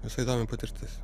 visai įdomi patirtis